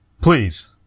Please